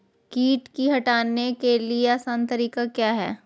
किट की हटाने के ली आसान तरीका क्या है?